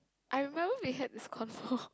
I remember we had this convo